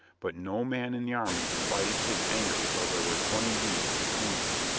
but no man in the army invited his anger till there were twenty leagues between them.